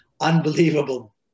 unbelievable